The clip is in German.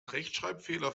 rechtschreibfehler